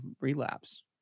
relapse